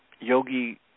yogi